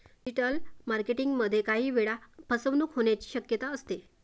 digital marketing मध्ये काही वेळा फसवणूक होण्याची शक्यता असते